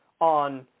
on